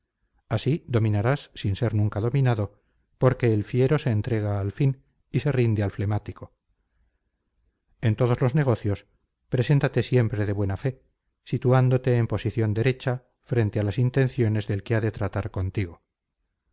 así dominarás sin ser nunca dominado porque el fiero se entrega al fin y se rinde al flemático en todos los negocios preséntate siempre de buena fe situándote en posición derecha frente a las intenciones del que ha de tratar contigo